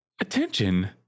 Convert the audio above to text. Attention